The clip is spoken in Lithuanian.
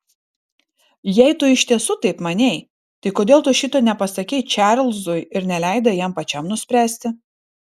jei tu iš tiesų taip manei tai kodėl tu šito nepasakei čarlzui ir neleidai jam pačiam nuspręsti